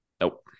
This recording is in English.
Nope